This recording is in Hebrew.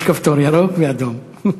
יש כפתור ירוק ואדום.